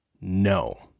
no